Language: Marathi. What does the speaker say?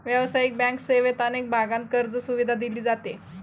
व्यावसायिक बँक सेवेत अनेक भागांत कर्जसुविधा दिली जाते